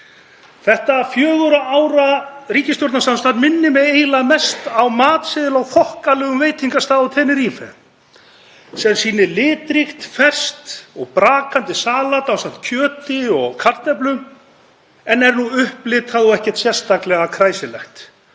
Þetta fjögurra ára ríkisstjórnarsamstarf minnir mig eiginlega mest á matseðil á þokkalegum veitingastað á Tenerife sem sýnir litríkt, ferskt og brakandi salat ásamt kjöti og kartöflum en er nú upplitað og ekkert sérstaklega kræsilegt.